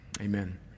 amen